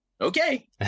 okay